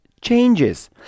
changes